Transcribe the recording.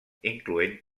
incloent